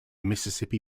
mississippi